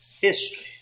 history